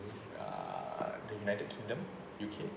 ah to united kingdom U_K